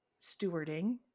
stewarding